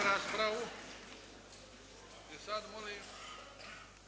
Hvala vam